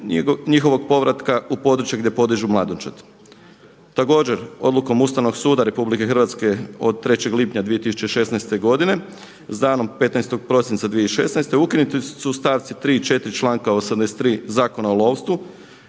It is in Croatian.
njihovog povratka u područje gdje podižu mladunčad. Također, odlukom Ustavnog suda RH od 3. lipnja 2016. godine sa danom 15. prosinca 2016. ukinuti su stavci 3. i 4. članka 82 Zakona o lovstvu